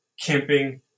camping